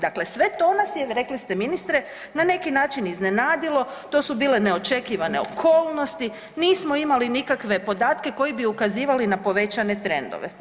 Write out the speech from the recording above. Dakle, sve to nas je rekli ste ministre na neki način iznenadilo, to su bile neočekivane okolnosti, nismo imali nikakve podatke koji bi ukazivali na povećane trendove.